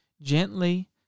gently